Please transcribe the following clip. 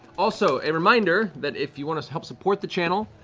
also, a reminder that if you want to help support the channel,